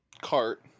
cart